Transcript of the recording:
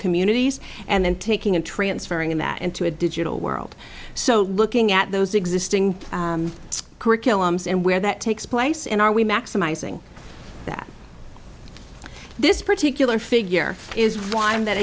communities and then taking and transferring that into a digital world so looking at those existing curriculums and where that takes place in our we maximizing that this particular figure is why i'm that